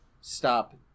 stop